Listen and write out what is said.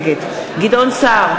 נגד גדעון סער,